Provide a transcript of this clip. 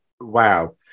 wow